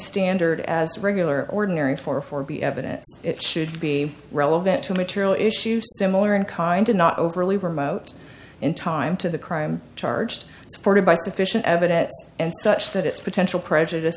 standard as regular ordinary for for be evidence it should be relevant to material issue similar in kind in not overly remote in time to the crime charged supported by sufficient evidence and such that its potential prejudice